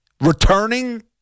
returning